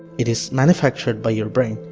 it is manufactured by your brain.